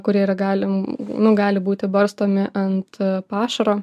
kurie yra galim nu gali būti barstomi ant pašaro